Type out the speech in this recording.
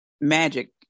magic